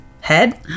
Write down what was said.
head